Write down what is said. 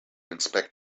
inspect